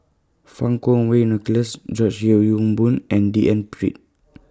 Fang Kuo Wei Nicholas George Yeo Yong Boon and D N Pritt